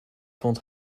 vond